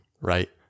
right